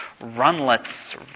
runlets